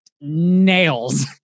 nails